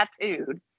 tattooed